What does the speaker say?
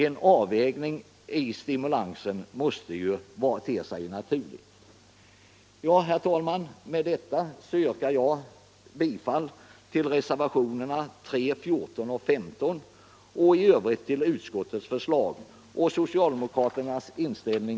En avvägning i stimulansen måste te sig naturlig.